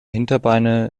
hinterbeine